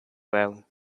well